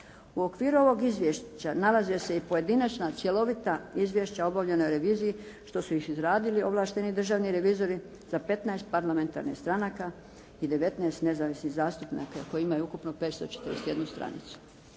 U okviru ovog izvješća nalaze se i pojedinačna, cjelovita izvješća obavljena u reviziji što su ih izradili ovlašteni državni revizori za 15 parlamentarnih stranaka i 19 nezavisnih zastupnika koji imaju ukupno 541 stranicu.